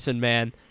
man